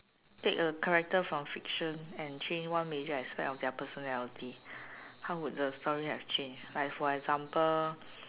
take a character from fiction and change one major aspect of their personality how would the story have changed like for example